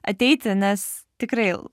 ateiti nes tikrai